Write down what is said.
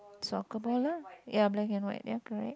soccer ball ah ya black and white ya correct